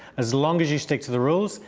as long as you stick to the rules,